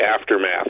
aftermath